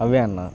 అవే అన్నా